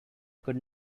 could